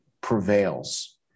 prevails